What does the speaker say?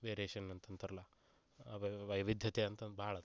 variation ಅಂತಂತಾರಲ್ಲ ವೈವಿಧ್ಯತೆ ಅಂತ ಭಾಳ ಅದಾರಿ